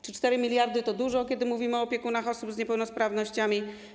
Czy 4 mld to dużo, kiedy mówimy o opiekunach osób z niepełnosprawnościami?